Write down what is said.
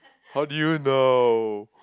how did you know